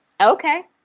okay